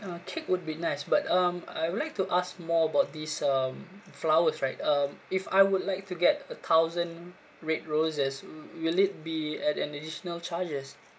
uh cake would be nice but um I would like to ask more about these um flowers right um if I would like to get a thousand red roses will it be at an additional charges